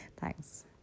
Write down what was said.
Thanks